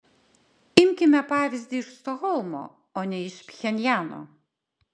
imkime pavyzdį iš stokholmo o ne iš pchenjano